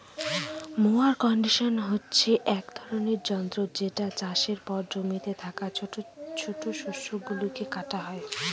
mower conditioner হচ্ছে এক ধরনের যন্ত্র যেটা চাষের পর জমিতে থাকা ছোট শস্য গুলোকে কাটা হয়